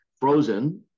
frozen